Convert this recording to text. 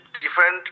different